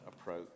approach